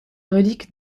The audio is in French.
reliques